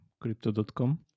Crypto.com